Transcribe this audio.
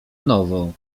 nowo